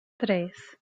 tres